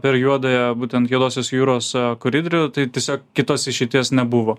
per juodąją būtent juodosios jūros koridorių tai tiesiog kitos išeities nebuvo